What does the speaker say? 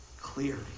clearly